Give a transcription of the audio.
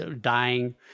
dying